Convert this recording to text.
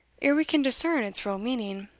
ere we can discern its real meaning.